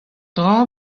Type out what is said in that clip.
dra